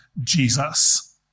Jesus